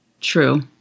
True